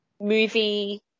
movie